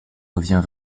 revient